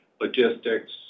logistics